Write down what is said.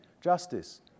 justice